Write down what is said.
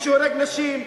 מי שהורג נשים,